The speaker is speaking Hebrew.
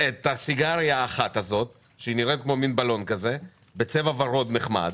את הסיגריה האחת הזאת שנראית כמו בלון בצבע ורוד נחמד